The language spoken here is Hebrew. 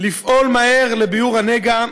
לפעול מהר לביעור הנגע,